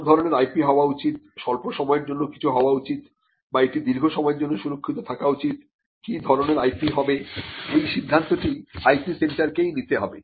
কোন ধরনের IP হওয়া উচিত স্বল্প সময়ের জন্য কিছু হওয়া উচিত বা এটি দীর্ঘ সময়ের জন্য সুরক্ষিত রাখা উচিত কি ধরনের IP হবে এই সিদ্ধান্তটি IP সেন্টার কেই নিতে হবে